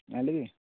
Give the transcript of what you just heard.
ଜାଣିଲୁ କି